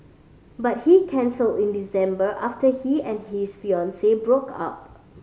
but he cancelled in December after he and his fiancee broke up